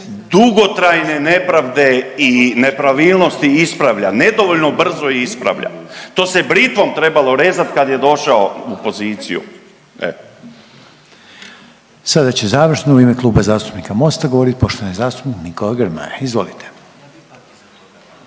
dugotrajne nepravde i nepravilnosti ispravlja, nedovoljno brzo ih ispravlja. To se britvom trebalo rezat kad je došao u poziciju. **Reiner, Željko (HDZ)** Sada će završno u ime Kluba zastupnika Mosta govorit poštovani zastupnik Nikola Grmoja, izvolite.